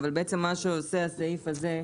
אבל בעצם מה שעושה הסעיף הזה,